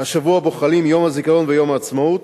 השבוע שבו חלים יום הזיכרון ויום העצמאות,